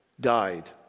died